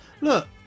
Look